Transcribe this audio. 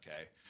okay